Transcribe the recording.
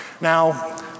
Now